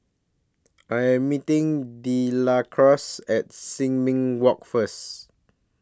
I Am meeting Delores At Sin Ming Walk First